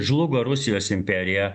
žlugo rusijos imperija